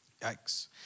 Yikes